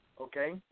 Okay